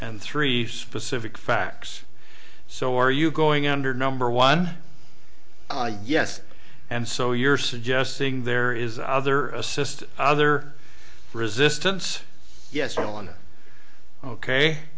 and three specific facts so are you going under number one yes and so you're suggesting there is other assisted other resistance yes on ok